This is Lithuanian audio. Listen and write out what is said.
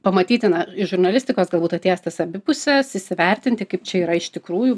pamatyti na iš žurnalistikos galbūt atėjęs tas abi puses įsivertinti kaip čia yra iš tikrųjų